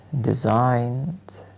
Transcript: designed